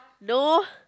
no